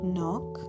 Knock